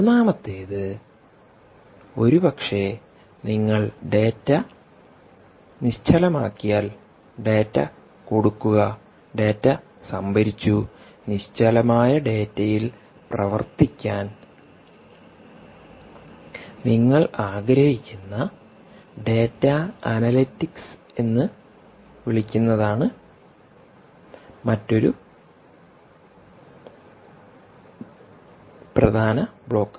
മൂന്നാമത്തേത് ഒരുപക്ഷേ നിങ്ങൾ ഡാറ്റ നിശ്ചലമാക്കിയാൽ ഡാറ്റ കൊടുക്കുക ഡാറ്റ സംഭരിച്ചുനിശ്ചലമായ ഡാറ്റയിൽ പ്രവർത്തിക്കാൻ നിങ്ങൾ ആഗ്രഹിക്കുന്ന ഡാറ്റ അനലിറ്റിക്സ് എന്ന് വിളിക്കുന്നതാണ് മറ്റൊരു പ്രധാന ബ്ലോക്ക്